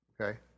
okay